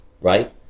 right